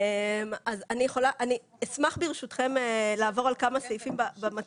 אני אשמח ברשותכם לעבור על כמה סעיפים במצגת,